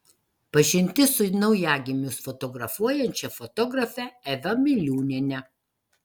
pažintis su naujagimius fotografuojančia fotografe eva miliūniene